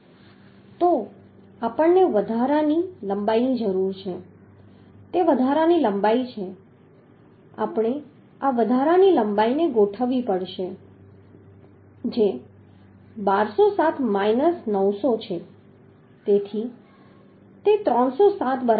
તો આપણને વધારાની લંબાઈની જરૂર છે તે વધારાની લંબાઈ છે આપણે આ વધારાની લંબાઈને ગોઠવવી પડશે જે 1207 માઈનસ 900 છે તેથી 307 બરાબર